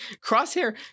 Crosshair